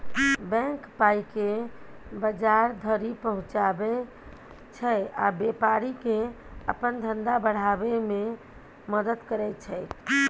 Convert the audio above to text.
bank पाइकेँ बजार धरि पहुँचाबै छै आ बेपारीकेँ अपन धंधा बढ़ाबै मे मदद करय छै